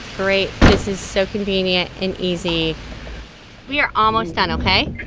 great. this is so convenient and easy we are almost done, ok?